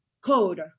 code